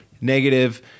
negative